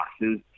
boxes